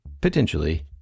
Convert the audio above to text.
potentially